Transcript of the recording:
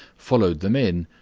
followed them in,